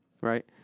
right